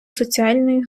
соціальної